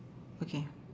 okay